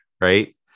Right